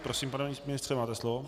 Prosím, pane ministře, máte slovo.